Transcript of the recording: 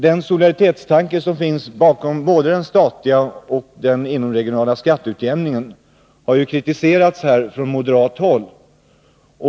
Den solidaritetstanke som ligger bakom både den statliga och den inomregionala skatteutjämningen har kritiserats från moderat håll.